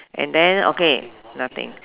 and then okay nothing